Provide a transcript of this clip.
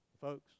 Folks